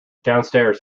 downstairs